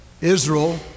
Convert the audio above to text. Israel